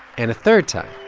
and a third time